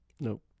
Nope